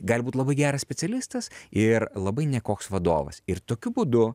gali būt labai geras specialistas ir labai nekoks vadovas ir tokiu būdu